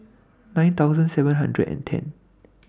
nine seven hundred and ten